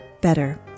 better